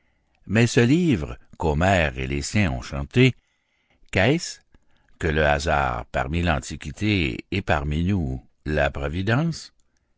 mais ce livre qu'homère et les siens ont chanté qu'est-ce que le hasard parmi l'antiquité et parmi nous la providence